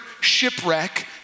shipwreck